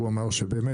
הוא אמר שבאמת,